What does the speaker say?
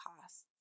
costs